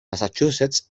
massachusetts